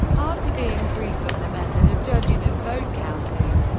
after being briefed on the method of judging and vote counting,